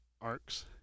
arcs